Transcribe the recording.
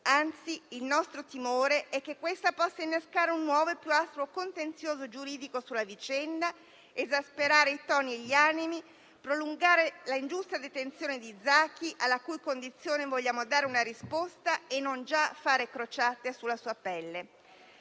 anzi, il nostro timore è che possa innescare un nuovo e più alto contenzioso giuridico sulla vicenda, esasperare i toni e gli animi e prolungare l'ingiusta detenzione di Zaki, alla cui condizione vogliamo dare una risposta e non già fare crociate sulla sua pelle.